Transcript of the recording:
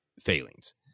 failings